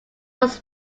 was